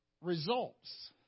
results